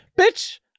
bitch